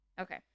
okay